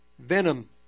Venom